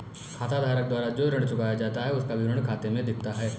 खाताधारक द्वारा जो भी ऋण चुकाया जाता है उसका विवरण खाते में दिखता है